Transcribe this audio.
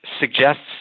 suggests